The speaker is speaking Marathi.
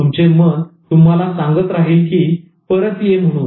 तुमचे मन तुम्हाला सांगत राहील की परत ये म्हणून